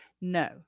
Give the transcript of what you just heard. no